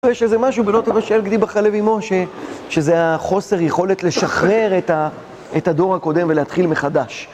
יש איזה משהו בלא תבשל גדי בחלב אמו, שזה חוסר יכולת לשחרר את הדור הקודם ולהתחיל מחדש